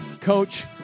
coach